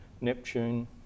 Neptune